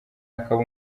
akaba